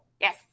Yes